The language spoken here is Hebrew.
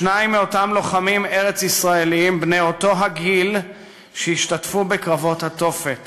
שניים מאותם לוחמים ארץ-ישראלים בני אותו הגיל שהשתתפו בקרבות התופת